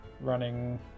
running